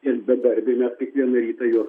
ir bedarbį kiekvieną rytą jo